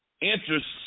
interests